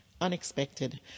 unexpected